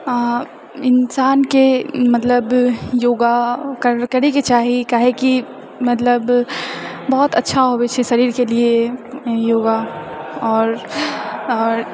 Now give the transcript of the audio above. इंसानके मतलब योगा करैके चाही काहेकि मतलब बहुत अच्छा होवै छै शरीरके लिए योगा आओर आओर